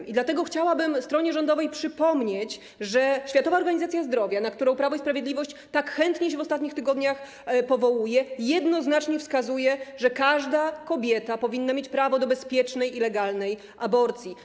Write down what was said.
I dlatego chciałabym stronie rządowej przypomnieć, że Światowa Organizacja Zdrowia, na którą Prawo i Sprawiedliwość tak chętnie się w ostatnich tygodniach powołuje, jednoznacznie wskazuje, że każda kobieta powinna mieć prawo do bezpiecznej i legalnej aborcji.